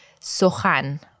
Sohan